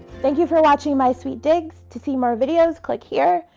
thank you for watching my sweet digs. to see more videos click here,